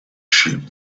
sheep